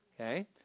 okay